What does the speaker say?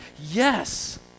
Yes